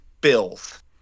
Bills